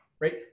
right